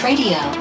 Radio